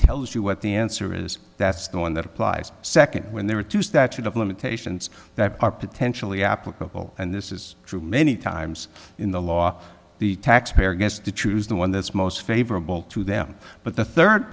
tells you what the answer is that's the one that applies second when there are two statute of limitations that are potentially applicable and this is true many times in the law the taxpayer gets to choose the one that's most favorable to them but the third